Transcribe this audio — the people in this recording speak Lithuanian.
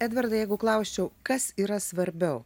edvardai jeigu klausčiau kas yra svarbiau